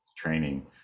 training